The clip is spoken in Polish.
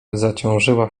zaciążyła